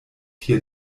hier